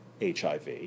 HIV